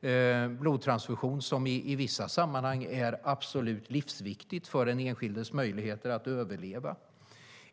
En blodtransfusion är i vissa sammanhang alldeles livsviktigt för den enskildes möjligheter att överleva.